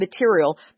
material